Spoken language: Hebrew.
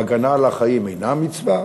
והגנה על החיים אינה מצווה?